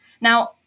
Now